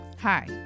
Hi